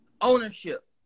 ownership